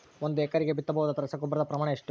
ಒಂದು ಎಕರೆಗೆ ಬಿತ್ತಬಹುದಾದ ರಸಗೊಬ್ಬರದ ಪ್ರಮಾಣ ಎಷ್ಟು?